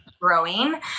growing